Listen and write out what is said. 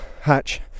Hatch